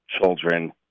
children